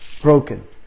broken